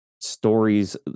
stories